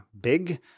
big